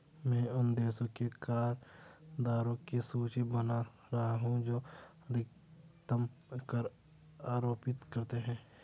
मैं उन देशों के कर दरों की सूची बना रहा हूं जो अधिकतम कर आरोपित करते हैं